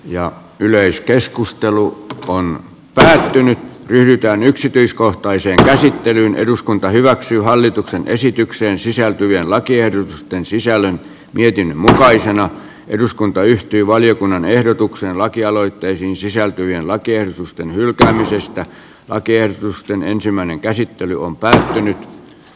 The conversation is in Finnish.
ja yleiskeskustelu panna tosin yhtään yksityiskohtaisia käsittelyyn eduskunta hyväksyy hallituksen esitykseen sisältyvien lakien sisällön mietinnön mukaisena eduskunta yhtyi valiokunnan ehdotukseen lakialoitteisiin sisältyvien lakiehdotusten hylkäämisestä lakiehdotusten ensimmäinen käsittely niitä pikavippejä